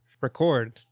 record